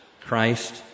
Christ